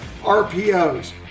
RPOs